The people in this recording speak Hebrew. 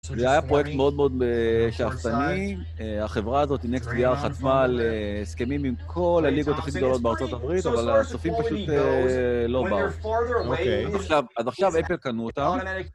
זה היה פרויקט מאוד מאוד שאפתני, החברה הזאת, אינקס גיארד, חטפה על הסכמים עם כל הליגות הכי גדולות בארה״ב, אבל הסופים פשוט לא באו. אוקיי, אז עכשיו, עפר קנו אותה.